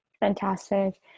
Fantastic